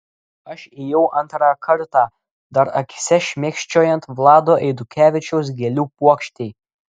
aš ėjau antrą kartą dar akyse šmėkščiojant vlado eidukevičiaus gėlių puokštei